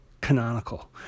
canonical